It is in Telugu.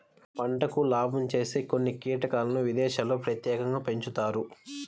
పంటకు లాభం చేసే కొన్ని కీటకాలను విదేశాల్లో ప్రత్యేకంగా పెంచుతారు